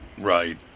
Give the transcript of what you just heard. Right